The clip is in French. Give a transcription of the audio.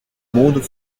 mondes